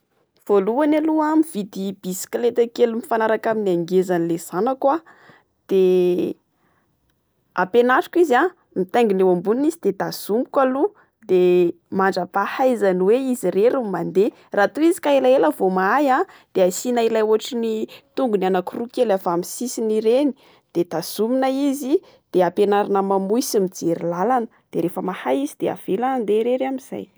Voalohany aloha mividy bicyclette kely mifanaraka amin'ny angezan'le zanako. De ampianariko izy mitaingina eo ambony izy de tazomiko aloha. De mandrapahaizany hoe izy irery no mandeha. Raha toa izy ka elaela vao mahay de asiana ilay otran'ny tongony anaky roa kely avy amin'ny sisiny ireny. De tazomina izy, de ampianarana mamoy sy mijery làlana. De rehefa mahay izy de avela andeha irery amin'izay.